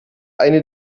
eine